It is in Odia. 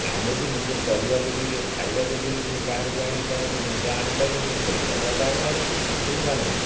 ଆମେ ନିଜେ ଚଳିବାକୁ ବି ଖାଇବାକୁ ବି ବାହାରକୁ ଯାଇକି କଣ ଗୋଟେ ଜିନିଷ ଆଣିପାରିଲୁନି ପଇସା ତ ଅଭାବ ହେଲା କେଉଁଠୁ ଆଣିବୁ